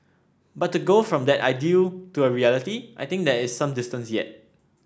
but to go from that ideal to a reality I think there is some distance yet